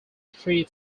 three